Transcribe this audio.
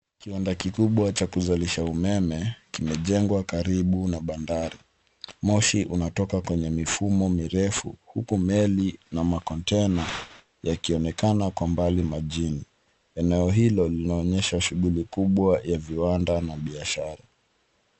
Kiwanda kikubwa cha kuzalisha umeme, kimejengwa karibu na bandari. Moshi unatoka kwenye mifumo mirefu uku meli na makontaina yakionekana kwa mbali majini. Eneo hilo linaonyesha shughuli kubwa ya viwanda na biashara.